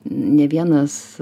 ne vienas